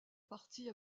partie